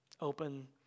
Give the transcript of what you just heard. Open